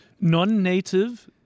Non-native